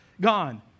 gone